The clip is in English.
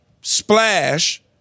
splash